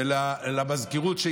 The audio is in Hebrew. ולמזכירות,